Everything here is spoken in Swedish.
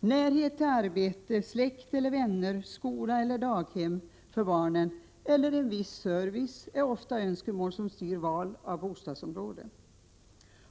Närhet till arbete, släkt eller vänner, skola eller daghem för barnen eller viss service är ofta önskemål som styr val av bostadsområde.